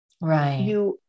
Right